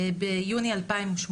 ביוני 2018,